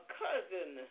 cousin